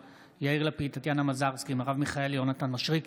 בעד שרן מרים השכל, אינה נוכחת ניסים ואטורי,